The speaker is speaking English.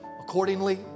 accordingly